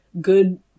good